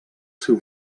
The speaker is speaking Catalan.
seu